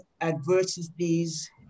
adversities